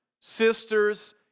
sisters